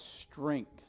strength